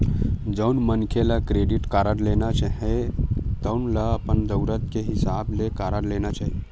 जउन मनखे ल क्रेडिट कारड लेना हे तउन ल अपन जरूरत के हिसाब ले कारड लेना चाही